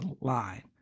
line